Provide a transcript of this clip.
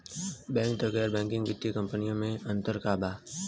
Bank तथा गैर banking वित्तीय कम्पनीयो मे अन्तर का बा?